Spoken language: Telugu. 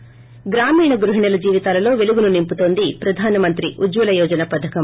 ి స్రామీణ గృహిణిల జీవితాలలో పెలుగును నింపుతోంది ప్రధాన మంత్రి ఉజ్వల యోజన పధకం